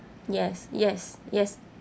yes yes yes